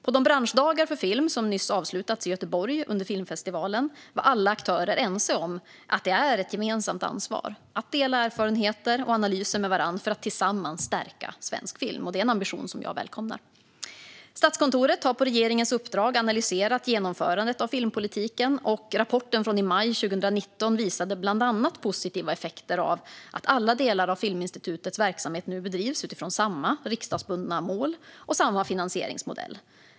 På de branschdagar för film som nyss avslutats i Göteborg under filmfestivalen var alla aktörer ense om att det är ett gemensamt ansvar att dela erfarenheter och analyser med varandra för att tillsammans stärka svensk film. Det är en ambition som jag välkomnar. Statskontoret har på regeringens uppdrag analyserat genomförandet av filmpolitiken, och rapporten från i maj 2019 visade bland annat positiva effekter av att alla delar av Filminstitutets verksamhet nu bedrivs utifrån samma riksdagsbundna mål och samma finansieringsmodell.